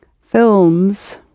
films